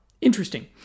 interesting